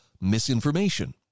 misinformation